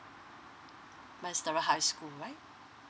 maris stella high school right